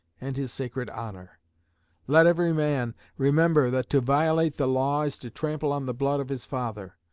and his sacred honor let every man remember that to violate the law is to trample on the blood of his father,